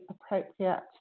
appropriate